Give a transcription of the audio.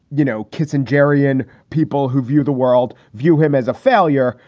you know, kids and jerry, in people who view the world, view him as a failure.